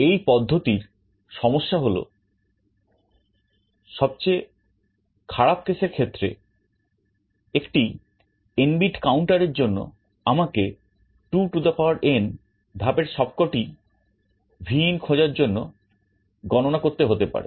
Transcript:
এই পদ্ধতির সমস্যা হল সবচেয়ে খারাপ case এর ক্ষেত্রে একটি n bit counterএর জন্য আমাকে 2n ধাপের সবকটিই Vin খোজার জন্য গণনা করতে হতে পারে